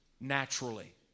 naturally